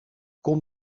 kon